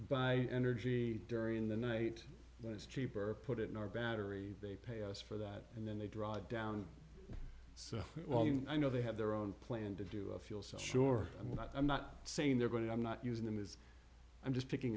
buy energy during the night but it's cheaper put it in our battery they pay us for that and then they draw down so i know they have their own plan to do i feel so sure i'm not i'm not saying they're going to i'm not using them is i'm just picking